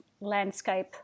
landscape